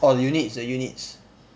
orh the units the units